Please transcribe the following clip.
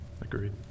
agreed